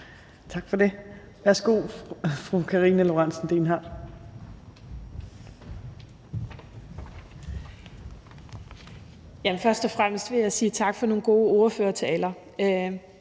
for forslagsstillerne) Karina Lorentzen Dehnhardt (SF): Først og fremmest vil jeg sige tak for nogle gode ordførertaler.